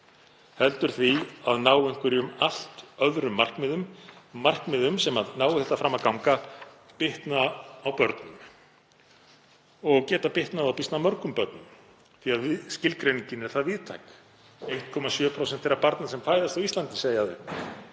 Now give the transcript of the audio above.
heldur því að ná einhverjum allt öðrum markmiðum, markmiðum sem, nái þetta fram að ganga, bitna á börnum og geta bitnað á býsna mörgum börnum. Skilgreiningin er það víðtæk. Sagt er að 1,7% þeirra barna sem fæðast á Íslandi falli